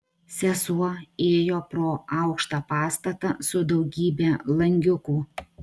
sesuo ėjo pro aukštą pastatą su daugybe langiukų